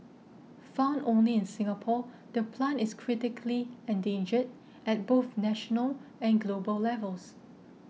found only in Singapore the plant is critically endangered at both national and global levels